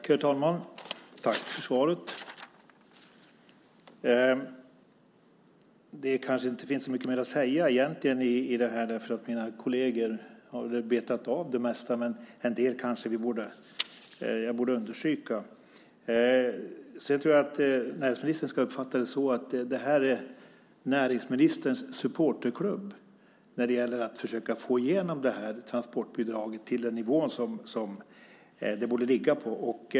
Herr talman! Tack för svaret, statsrådet! Det kanske inte finns så mycket mer att säga egentligen om det här, därför att mina kolleger har väl betat av det mesta, men en del kanske jag borde understryka. Jag tror att näringsministern ska uppfatta det så att det här är näringsministerns supporterklubb när det gäller att försöka få igenom transportbidraget till den nivå som det borde ligga på.